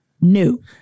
New